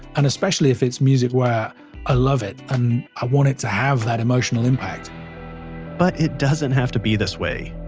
and especially if it's music where i love it and i want it to have that emotional impact but it doesn't have to be this way